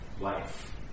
life